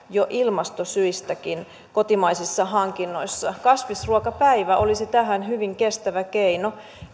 jo ilmastosyistäkin kotimaisissa hankinnoissa kasvisruokapäivä olisi tähän hyvin kestävä keino